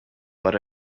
but